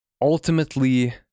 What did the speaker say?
ultimately